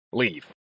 leave